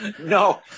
No